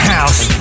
House